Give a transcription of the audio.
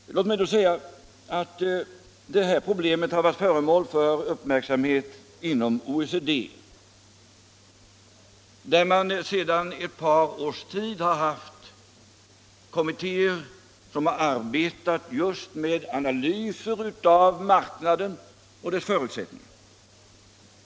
Låt mig då säga att detta problem har varit föremål för uppmärksamhet inom OECD, där man sedan ett par års tid har haft kommittéer som arbetat med analyser av marknaden och dess förutsättningar.